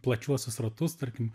plačiuosius ratus tarkim